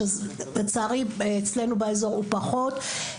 שלצערי אצלנו באזור הוא פחות.